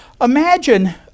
Imagine